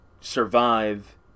survive